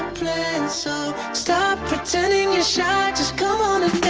and so stop pretending you're shy, just come on and